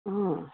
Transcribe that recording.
अँ